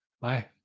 Bye